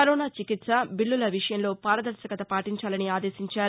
corona చికిత్స చిల్లుల విషయంలో పారదర్భకత పాటించాలని ఆదేశించారు